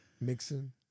Mixing